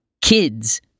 Kids